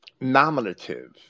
nominative